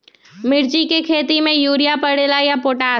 मिर्ची के खेती में यूरिया परेला या पोटाश?